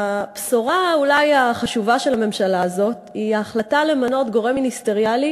הבשורה אולי החשובה של הממשלה הזאת היא ההחלטה למנות גורם מיניסטריאלי